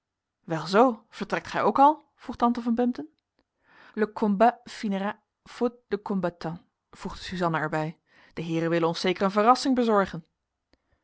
wel zoo vertrekt gij ook al vroeg tante van bempden le combat finira faute de combattans voegde suzanna er bij de heeren willen ons zeker een verrassing bezorgen